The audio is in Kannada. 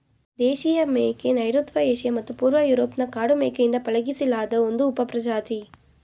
ದೇಶೀಯ ಮೇಕೆ ನೈಋತ್ಯ ಏಷ್ಯಾ ಮತ್ತು ಪೂರ್ವ ಯೂರೋಪ್ನ ಕಾಡು ಮೇಕೆಯಿಂದ ಪಳಗಿಸಿಲಾದ ಒಂದು ಉಪಪ್ರಜಾತಿ